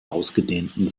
ausgedehnten